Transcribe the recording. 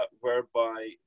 whereby